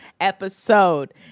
episode